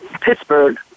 Pittsburgh